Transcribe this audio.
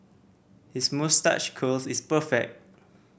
his moustache curl is perfect